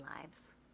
lives